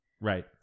Right